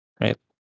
right